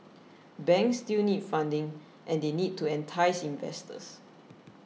banks still need funding and they need to entice investors